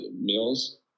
meals